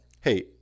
hey